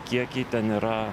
kiekiai ten yra